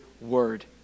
word